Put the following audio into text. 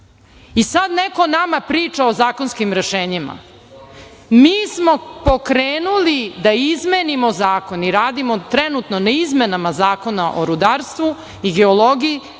I sad neko nama priča o zakonskim rešenjima. Mi smo pokrenuli da izmenimo zakon i radimo trenutno na izmenama Zakona o rudarstvu i geologiji,